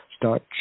Start